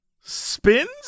spins